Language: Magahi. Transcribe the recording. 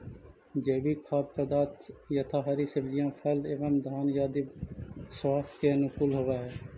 जैविक खाद्य पदार्थ यथा हरी सब्जियां फल एवं धान्य आदि स्वास्थ्य के अनुकूल होव हई